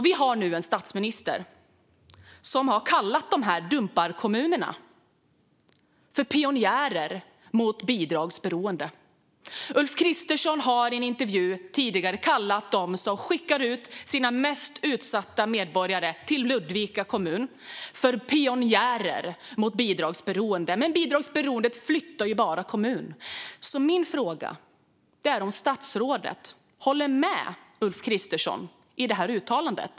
Vi har nu en statsminister som har kallat dessa dumparkommuner för pionjärer mot bidragsberoende. Ulf Kristersson har i en intervju tidigare kallat dem som skickar ut sina mest utsatta medborgare till Ludvika kommun för pionjärer mot bidragsberoende. Men bidragsberoendet byter ju bara kommun. Min fråga är om statsrådet håller med om Ulf Kristerssons uttalande.